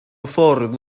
ffordd